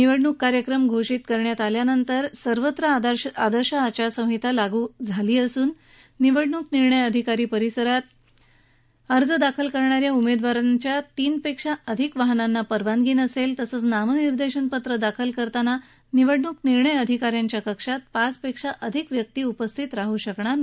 निवडणूक कार्यक्रम घोषित करण्यात आल्यानंतर सर्वत्र आदर्श आचारसंहिता लागू करण्यात आली असून निवडणूक निर्णय अधिकारी कार्यालय परिसरात अर्ज दाखल करणाऱ्या उमेदवारांच्या तीन पेक्षा अधिक वाहनांना परवानगी नसेल तसंच नामनिर्देशनपत्र दाखल करताना निवडणूक निर्णय अधिकाऱ्यांच्या कक्षात पाच पेक्षा अधिक व्यक्ती उपस्थित राह शकणार नाहीत